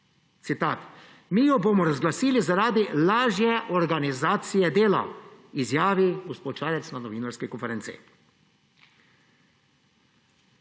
Citat, »mi jo bomo razglasili zaradi lažje organizacije dela«, izjavi gospod Šarec na novinarji konferenci.